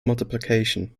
multiplication